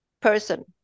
person